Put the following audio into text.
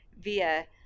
via